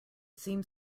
seems